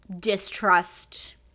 distrust